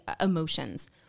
emotions